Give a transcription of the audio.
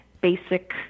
basic